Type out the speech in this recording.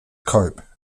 cope